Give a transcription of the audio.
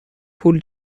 پول